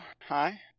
Hi